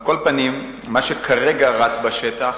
על כל פנים, מה שכרגע רץ בשטח